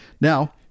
Now